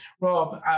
Rob